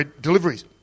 deliveries